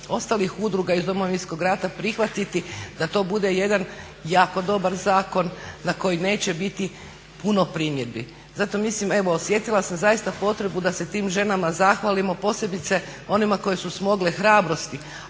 ostalih udruga iz Domovinskog rata prihvatiti da to bude jedan jako dobar zakon na koji neće biti puno primjedbi. Zato mislim evo osjetila sam zaista potrebu da se tim ženama zahvalimo posebice onima koje su smogle hrabrosti,